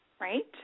Right